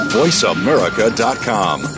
voiceamerica.com